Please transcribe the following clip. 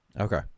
okay